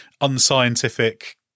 unscientific